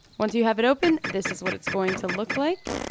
once you have it open this is what it's going to look like.